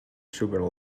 sugar